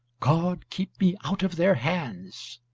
god keep me out of their hands.